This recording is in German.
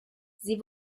sie